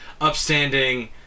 upstanding